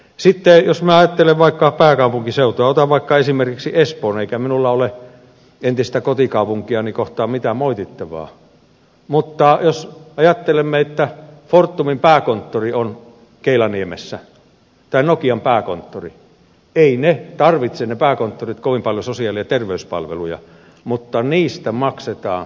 sitten jos minä ajattelen vaikka pääkaupunkiseutua otan vaikka esimerkiksi espoon eikä minulla ole entistä kotikaupunkiani kohtaan mitään moitittavaa mutta jos ajattelemme että fortumin pääkonttori tai nokian pääkonttori on keilaniemessä eivät ne pääkonttorit tarvitse kovin paljon sosiaali ja terveyspalveluja mutta niistä maksetaan merkittävä kiinteistövero